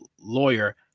lawyer